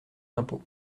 d’impôt